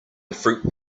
fruit